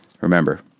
Remember